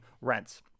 rents